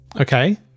Okay